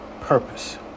purpose